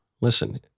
Listen